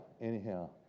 anyhow